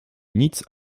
nic